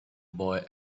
boy